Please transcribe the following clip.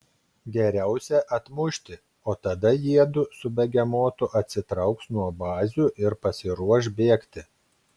geriausia atmušti o tada jiedu su begemotu atsitrauks nuo bazių ir pasiruoš bėgti